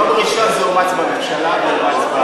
ביום ראשון זה אומץ על-ידי הממשלה ועבר בהצבעה.